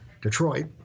Detroit